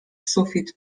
sufit